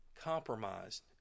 compromised